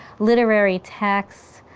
literary text,